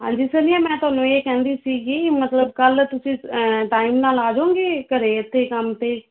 ਹਾਂਜੀ ਸੰਨੀ ਮੈਂ ਤੁਹਾਨੂੰ ਇਹ ਕਹਿੰਦੀ ਸੀਗੀ ਮਤਲਵ ਕੱਲ ਤੁਸੀਂ ਟਾਈਮ ਨਾਲ ਆਜੋਗੇ ਘਰੇ ਏਥੇ ਕੰਮ ਤੇ